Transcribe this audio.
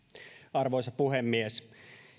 arvoisa puhemies